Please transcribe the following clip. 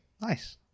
Nice